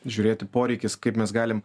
žiūrėti poreikis kaip mes galim